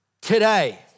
Today